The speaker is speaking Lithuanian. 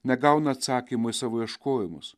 negauna atsakymų į savo ieškojimus